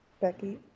Becky